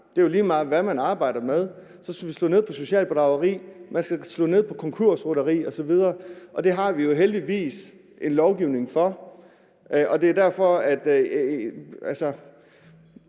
Det er jo lige meget, hvad man arbejder med, så skal vi slå ned på socialt bedrageri, vi skal slå ned på konkursrytteri osv., og det har vi heldigvis en lovgivning til. Nu passer det ikke, at